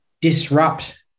disrupt